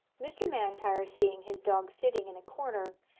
mr. m'intyre seeing his dog sitting in a corner,